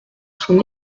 son